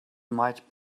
might